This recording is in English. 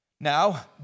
Now